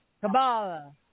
Kabbalah